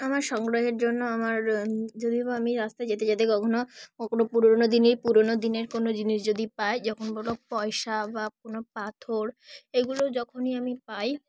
আমার সংগ্রহের জন্য আমার যদি বা আমি রাস্তায় যেতে যেতে কখনো কখনো পুরনো দিনের পুরনো দিনের কোনো জিনিস যদি পাই যখন কোনো পয়সা বা কোনো পাথর এগুলো যখনই আমি পাই